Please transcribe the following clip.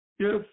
Yes